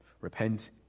repent